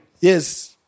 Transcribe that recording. yes